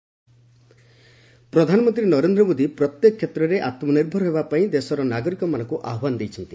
ମନ୍ କୀ ବାତ୍ ପ୍ରଧାନମନ୍ତ୍ରୀ ନରେନ୍ଦ୍ର ମୋଦି ପ୍ରତ୍ୟେକ କ୍ଷେତ୍ରରେ ଆମ୍ନିର୍ଭର ହେବା ପାଇଁ ଦେଶର ନାଗରିକମାନଙ୍କୁ ଆହ୍ୱାନ ଦେଇଛନ୍ତି